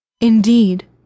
Indeed